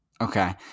Okay